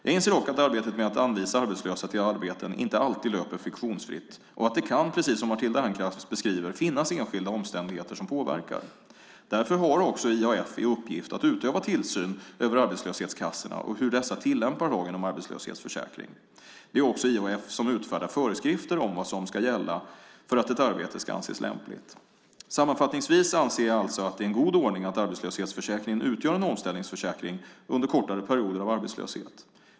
Jag inser dock att arbetet med att anvisa arbetslösa till arbeten inte alltid löper friktionsfritt och att det kan, precis som Matilda Ernkrans beskriver, finnas enskilda omständigheter som påverkar. Därför har också IAF i uppgift att utöva tillsyn över arbetslöshetskassorna och hur dessa tillämpar lagen om arbetslöshetsförsäkring. Det är också IAF som utfärdar föreskrifter om vad som ska gälla för att ett arbete ska anses lämpligt. Sammanfattningsvis anser jag alltså att det är en god ordning att arbetslöshetsförsäkringen utgör en omställningsförsäkring under kortare perioder av arbetslöshet.